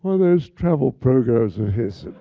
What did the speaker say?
um of those travel programs of his.